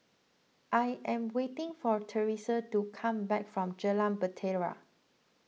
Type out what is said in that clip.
I am waiting for theresa to come back from Jalan Bahtera